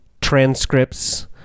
transcripts